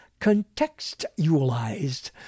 contextualized